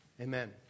amen